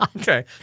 Okay